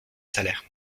salaire